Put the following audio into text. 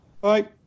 Bye